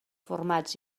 formats